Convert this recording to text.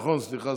סליחה,